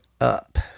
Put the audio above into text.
up